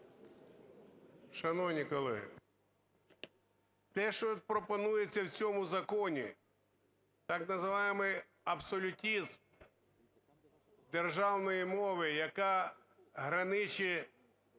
Шановні колеги, те, що пропонується в цьому законі, так називаємий абсолютизм державної мови, яка граниче